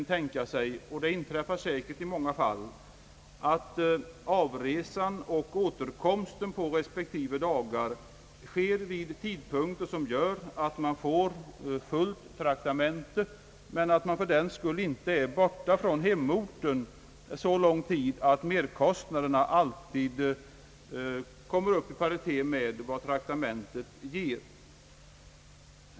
I många fall inträffar det säkert att avresan och återkomsten på respektive dagar sker vid tidpunkter som gör att det utgår fullt traktamente trots att man inte är borta från hemorten så lång tid att merkostnaderna alltid kommer upp i paritet med vad traktamentet ger.